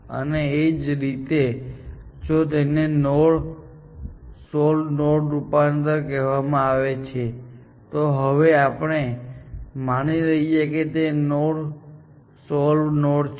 અને એ જ રીતે જો તેને નોડ સોલ્વ્ડ નોડમાં રૂપાંતર કરવામાં આવે તો હવે આપણે માની લઈએ છીએ કે તે નોડ સોલ્વ્ડ નોડ છે